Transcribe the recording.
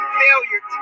failure